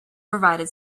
provided